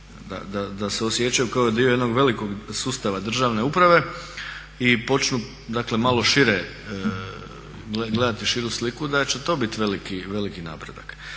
da se osjećaju kod dio jednog veliko sustava državne uprave i počnu dakle malo šire gledati širu sliku da će to biti veliki napredak.